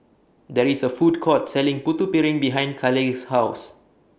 There IS A Food Court Selling Putu Piring behind Kaleigh's House